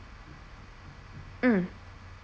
mm